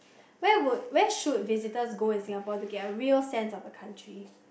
where would where should visitors go in Singapore to get a real sense of the country